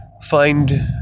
find